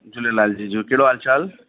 झूलेलाल जी कहिड़ो हालु चालु